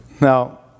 Now